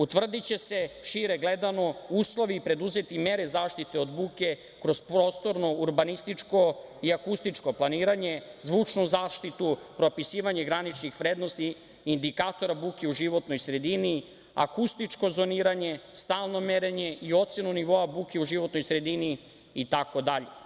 Utvrdiće se, šire gledano, uslovi i preduzeti mere zaštite od buke kroz prostorno-urbanističko i akustičko planiranje, zvučnu zaštitu, propisivanje graničnih vrednosti, indikatora buke u životnoj sredini, akustičko zoniranje, stalno merenje i ocenu nivoa buke u životnoj sredini, itd.